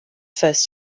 first